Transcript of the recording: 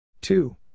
two